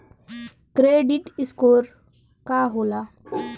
Credit score का होला?